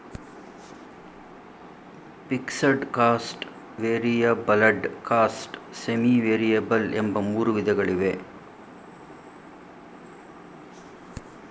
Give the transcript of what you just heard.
fixed cost, variable cost, semi variable ಎಂಬ ಮೂರು ವಿಧಗಳಿವೆ